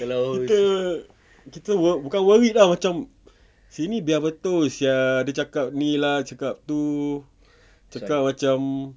kita kita worr~ bukan worried ah macam sini biar betul sia dia cakap ni lah cakap tu cakap macam